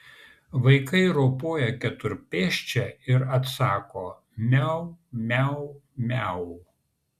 vaikai ropoja keturpėsčia ir atsako miau miau miau